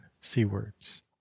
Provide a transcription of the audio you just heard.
seawards